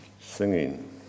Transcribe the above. singing